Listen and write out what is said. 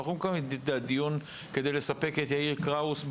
לא כדי לספק את יאיר קראוס,